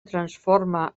transforma